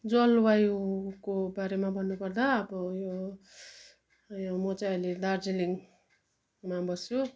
जलवायुको बारेमा भन्नु पर्दा अब यो उयो म चाहिँ अहिले दार्जिलिङमा बस्छु